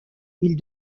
ils